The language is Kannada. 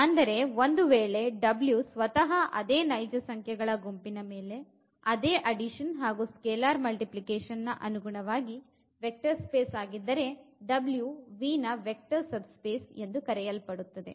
ಅಂದರೆ ಒಂದು ವೇಳೆ ಸ್ವತಃ ಅದೇ ನೈಜ ಸಂಖ್ಯೆಗಳ ಗುಂಪಿನ ಮೇಲೆ ಅದೇ ಅಡಿಷನ್ ಹಾಗು ಸ್ಕೇಲಾರ್ ಮಲ್ಟಿಪ್ಲಿಕೇಷನ್ ನ ಅನುಗುಣವಾಗಿ ವೆಕ್ಟರ್ ಸ್ಪೇಸ್ ಆಗಿದ್ದರೆ ನ ವೆಕ್ಟರ್ ಸಬ್ ಸ್ಪೇಸ್ ಎಂದು ಕರೆಯಲ್ಪಡುತ್ತದೆ